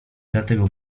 dlatego